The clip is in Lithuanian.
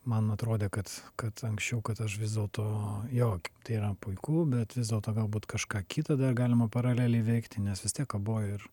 man atrodė kad kad anksčiau kad aš vis dėlto jo kaip tai yra puiku bet vis dėlto galbūt kažką kita dar galima paraleliai veikti nes vis tiek kabojo ir